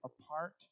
apart